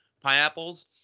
pineapples